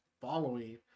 following